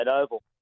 Oval